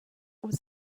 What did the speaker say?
was